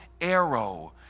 arrow